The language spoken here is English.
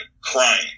crying